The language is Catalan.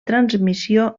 transmissió